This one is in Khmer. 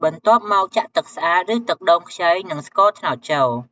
បន្ទាប់មកចាក់ ទឹកស្អាត ឬទឹកដូងខ្ចី និង ស្ករត្នោត ចូល។